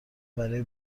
برای